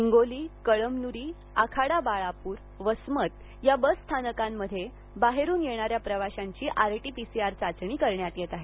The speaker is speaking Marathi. हिंगोली कळमनुरी आखाडा बाळाप्र वसमत या बसस्थानकामध्ये बाहेरून येणाऱ्या प्रवाशांची R T P C R चाचणी करण्यात येत आहे